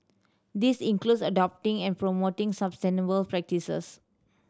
this includes adopting and promoting sustainable practices